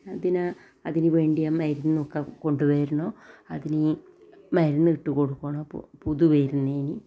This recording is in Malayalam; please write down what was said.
അതിന് അതിനു വേണ്ടിയ മരുന്നൊക്ക കൊണ്ടുവരണോ അതിന് മരുന്നിട്ടു കൊടുക്കണം അപ്പോൾ പൊതു വരുന്നേന്